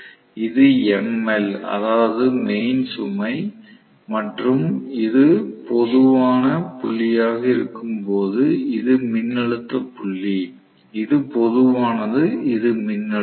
இது ML அதாவது mains சுமை மற்றும் இது பொதுவான புள்ளியாக இருக்கும் இது மின்னழுத்த புள்ளி இது பொதுவானது இது மின்னழுத்தம்